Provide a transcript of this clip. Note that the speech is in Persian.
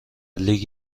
لیگ